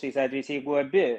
šiais atvejais jeigu abi